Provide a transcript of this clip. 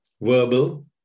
Verbal